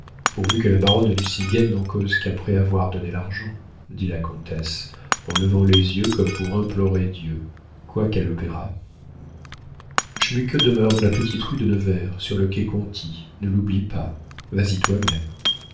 pourvu que la baronne de nucingen n'en cause qu'après avoir donné l'argent dit la comtesse en levant les yeux comme pour implorer dieu quoique à l'opéra schmuke demeure dans la petite rue de nevers sur le quai conti ne l'oublie pas vas-y toi-même